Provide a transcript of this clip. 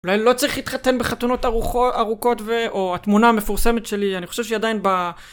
אולי לא צריך להתחתן בחתונות ארוכות, או התמונה המפורסמת שלי, אני חושב שעדיין ב...